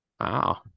Wow